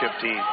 team